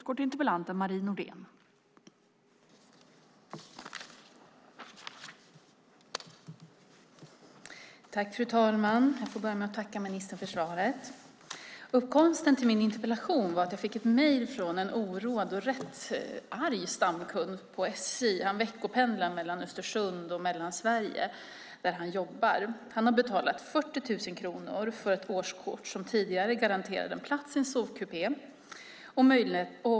Fru talman! Jag får börja med att tacka ministern för svaret. Upphovet till min interpellation var att jag fick ett mejl från en oroad och rätt arg stamkund på SJ. Han veckopendlar mellan Östersund och Mellansverige där han jobbar. Han har betalat 40 000 kronor för ett årskort som tidigare garanterade en plats i en sovkupé.